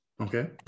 Okay